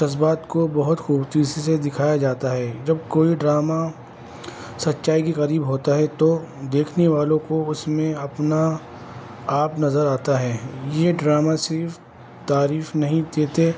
جذبات کو بہت خوبصورتی سے دکھایا جاتا ہے جب کوئی ڈرامہ سچائی کی قریب ہوتا ہے تو دیکھنے والوں کو اس میں اپنا آپ نظر آتا ہے یہ ڈرامہ صرف تعریف نہیں دیتے